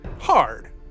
hard